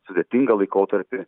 sudėtingą laikotarpį